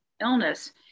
illness